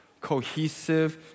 cohesive